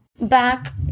back